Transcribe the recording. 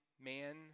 man